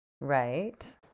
right